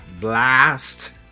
blast